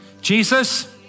Jesus